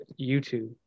youtube